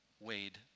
Wade